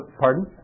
Pardon